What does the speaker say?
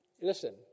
listen